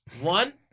One